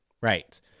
right